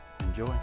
Enjoy